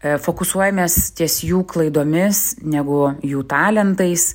fokusuojamės ties jų klaidomis negu jų talentais